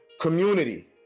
community